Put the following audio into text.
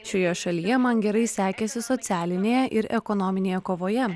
šioje šalyje man gerai sekėsi socialinėje ir ekonominėje kovoje